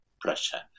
pressure